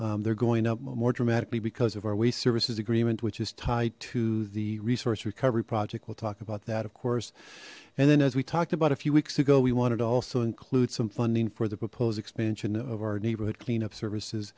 that they're going up more dramatically because of our waste services agreement which is tied to the resource recovery project we'll talk about that of course and then as we talked about a few weeks ago we wanted to also include some funding for the proposed expansion of our neighborhood clean up services